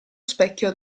specchio